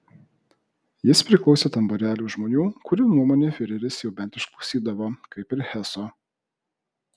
jis priklausė tam būreliui žmonių kurių nuomonę fiureris jau bent išklausydavo kaip ir heso